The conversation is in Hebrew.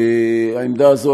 העמדה הזאת,